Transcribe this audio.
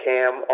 Cam